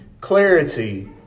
clarity